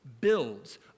builds